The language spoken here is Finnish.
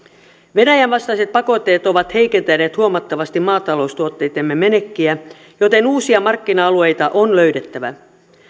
venäjän vastaiset pakotteet ovat heikentäneet huomattavasti maataloustuotteittemme menekkiä joten uusia markkina alueita on löydettävä